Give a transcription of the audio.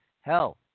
hell